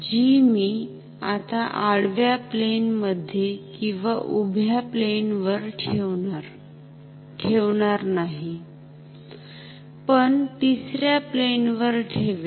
जी मी आता आडव्या प्लेन मध्ये किंवा उभ्या प्लेन वर ठेवणार नाहीपण तिसऱ्या प्लेन वर ठेवेल